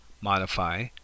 modify